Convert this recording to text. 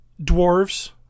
dwarves